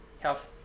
health